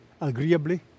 agreeably